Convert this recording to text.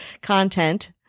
content